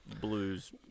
blues